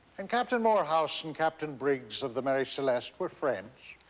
and captain morehouse and captain briggs of the mary celeste were friends?